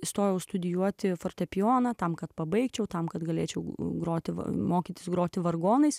įstojau studijuoti fortepijoną tam kad pabaigčiau tam kad galėčiau groti mokytis groti vargonais